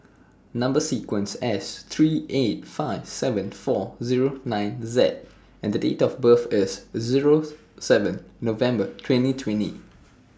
Number sequence S three eight five seven four Zero nine Z and Date of birth IS Zero seven November twenty twenty